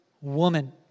woman